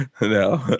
No